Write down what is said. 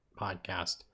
podcast